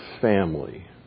family